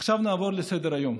עכשיו נעבור לסדר-היום.